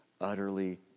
utterly